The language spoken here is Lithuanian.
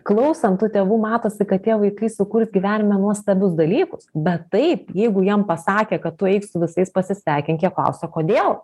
klausant tų tėvų matosi kad tie vaikai sukurs gyvenime nuostabius dalykus bet taip jeigu jam pasakė kad tu eik su visais pasisveikink jie klausia kodėl